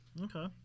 Okay